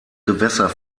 gewässer